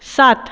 साथ